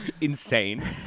Insane